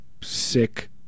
sick